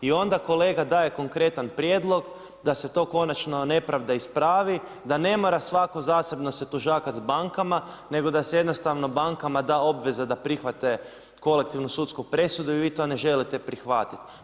I onda kolega daje konkretan prijedlog da se to konačno nepravda ispravi da ne mora svatko zasebno se tužakati s bankama, nego da se jednostavno bankama da obveza da prihvate kolektivnu sudsku presudu i vi to ne želite prihvatiti.